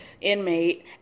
Inmate